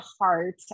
heart